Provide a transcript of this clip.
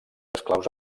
esclaus